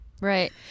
right